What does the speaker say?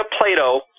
Plato